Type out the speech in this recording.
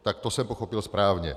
Tak to jsem pochopil správně.